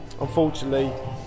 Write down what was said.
unfortunately